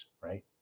right